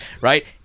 right